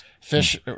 Fish